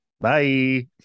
Bye